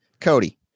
Cody